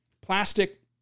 plastic